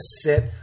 sit